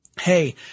hey